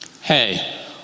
Hey